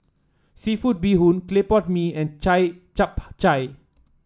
seafood Bee Hoon Clay Pot Mee and chai Chap Chai